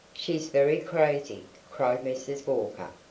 she's very crazy! cried mrs. walker.